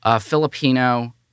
Filipino